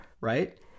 right